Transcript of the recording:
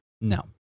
No